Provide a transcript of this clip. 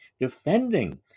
defending